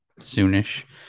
soonish